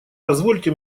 позвольте